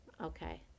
Okay